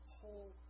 whole